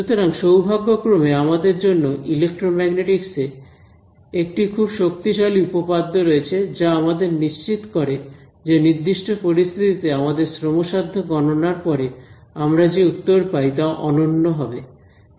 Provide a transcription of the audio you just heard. সুতরাং সৌভাগ্যক্রমে আমাদের জন্য ইলেক্ট্রোম্যাগনেটিকস এ একটি খুব শক্তিশালী উপপাদ্য রয়েছে যা আমাদের নিশ্চিত করে যে নির্দিষ্ট পরিস্থিতিতে আমাদের শ্রমসাধ্য গণনার পরে আমরা যে উত্তর পাই তা অনন্য হবে